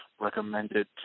recommended